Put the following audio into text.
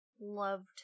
loved